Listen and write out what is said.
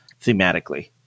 thematically